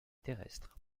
terrestres